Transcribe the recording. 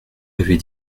l’avez